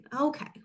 okay